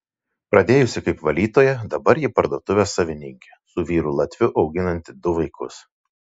pradėjusi kaip valytoja dabar ji parduotuvės savininkė su vyru latviu auginanti du vaikus